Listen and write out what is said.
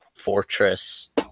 Fortress